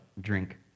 drink